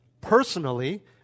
personally